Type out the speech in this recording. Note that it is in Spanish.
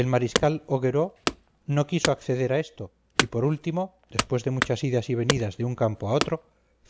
el mariscal augereau no quiso acceder a esto y por último después de muchas idas y venidas de un campo a otro